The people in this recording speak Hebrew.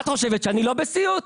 את חושבת שאני לא בסיוט?